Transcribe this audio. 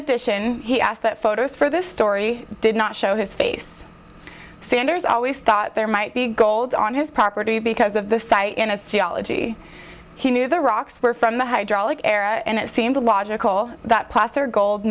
addition he asked that photos for this story did not show his face sanders always thought there might be gold on his property because of the fight in a theology he knew the rocks were from the hydraulic era and it seemed logical that pos or gold